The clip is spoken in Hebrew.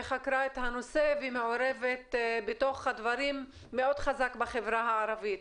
חקרה את הנושא והיא מעורבת בתוך הדברים מאוד חזק בחברה הערבית.